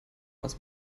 aus